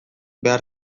behar